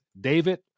David